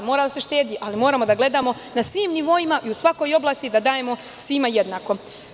Mora da se štedi, ali moramo a gledamo na svim nivoima i u svakoj oblasti da dajemo svima jednako.